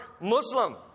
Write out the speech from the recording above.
Muslim